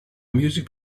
music